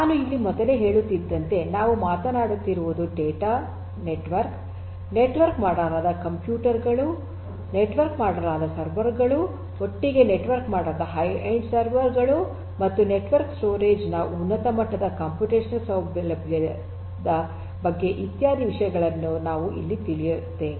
ನಾನು ಇಲ್ಲಿ ಮೊದಲೇ ಹೇಳುತ್ತಿದ್ದಂತೆ ನಾವು ಮಾತನಾಡುತ್ತಿರುವುದು ನೆಟ್ವರ್ಕ್ ನೆಟ್ವರ್ಕ್ ಮಾಡಲಾದ ಕಂಪ್ಯೂಟರ್ ಗಳು ನೆಟ್ವರ್ಕ್ ಮಾಡಲಾದ ಸರ್ವರ್ ಗಳು ಒಟ್ಟಿಗೆ ನೆಟ್ವರ್ಕ್ ಮಾಡಲಾದ ಹೈ ಎಂಡ್ ಸರ್ವರ್ ಗಳು ಮತ್ತು ನೆಟ್ವರ್ಕ್ಡ್ ಸ್ಟೋರೇಜ್ ನ ಉನ್ನತ ಮಟ್ಟದ ಕಂಪ್ಯೂಟೇಶನಲ್ ಸೌಲಭ್ಯದ ಬಗ್ಗೆ ಇತ್ಯಾದಿ ವಿಷಯಗಳನ್ನು ನಾವು ಇಲ್ಲಿ ತಿಳಿಯುತ್ತೇವೆ